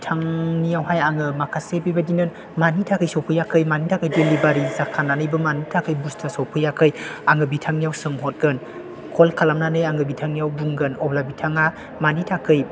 बिथांनियावहाय आङो माखासे बेबायदिनो मानि थाखाय सौफैयाखै मानि थाखाय डेलिबारि जाखानानैबो मानो थाखाय बुस्तुआ सौफैयाखै आङो बिथांनियाव सोंहतगोन कल खालामनानै आङो बिथांनियाव बुंगोन अब्ला बिथाङा मानि थाखाय